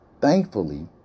Thankfully